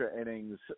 innings